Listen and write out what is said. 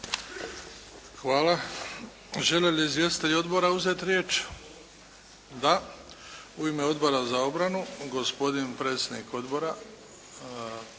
Hvala. Žele li izvjestitelji odbora uzeti riječ? Da. U ime Odbora za obranu gospodin predsjednik odbora,